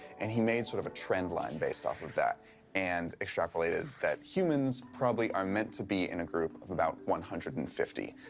and he made sort of trend line based off of that and extrapolated that humans probably are meant to be in a group of about one hundred and fifty.